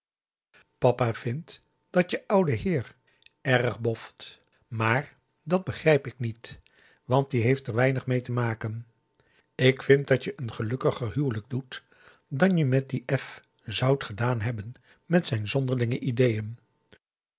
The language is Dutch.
papa vindt dat je oude heer erg boft maar dat begrijp ik niet want die heeft er weinig mee te maken ik vind dat je een gelukkiger huwelijk doet dan je met dien f zoudt gedaan hebben met zijn zonderlinge ideeën